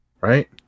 right